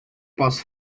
posso